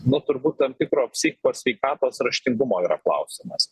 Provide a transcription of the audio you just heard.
nu turbūt tam tikro psichikos sveikatos raštingumo yra klausimas